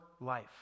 life